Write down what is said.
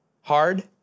hard